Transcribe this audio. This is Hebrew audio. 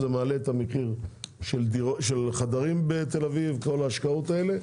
זה מעלה את המחיר של חדרים בתל אביב כל ההשקעות האלה.